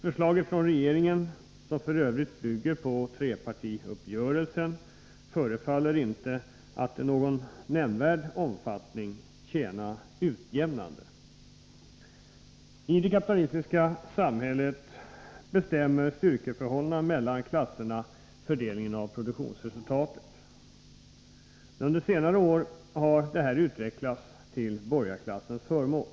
Förslaget från regeringen, som f. ö. bygger på trepartiuppgörelsen, förefaller inte att i någon nämnvärd omfattning tjäna syftet att inkomstskatterna skall vara utjämnande. I det kapitalistiska samhället bestämmer styrkeförhållandena mellan klasserna fördelningen av produktionsresultatet. Under senare år har dessa styrkeförhållanden utvecklats till borgarklassens förmån.